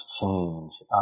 change